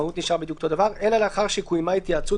המהות נשארה אלא לאחר שקוימה התייעצות